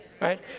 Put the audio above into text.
right